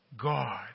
God